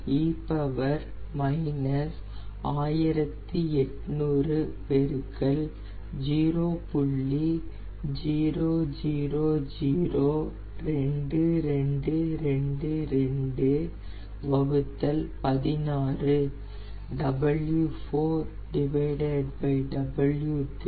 000222216 e 0